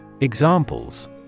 Examples